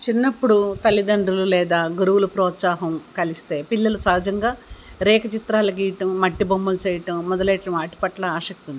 చిన్నప్పుడు తల్లిదండ్రులు లేదా గురువులు ప్రోత్సాహం కలిస్తే పిల్లలు సహజంగా రేఖాచిత్రాలు గీయటం మట్టి బొమ్మలు చేయటం మొదలైన వాటి పట్ల ఆశక్తి ఉంది